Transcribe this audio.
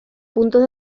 puntos